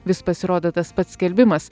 vis pasirodo tas pats skelbimas